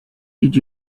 did